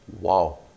Wow